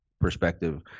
perspective